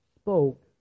spoke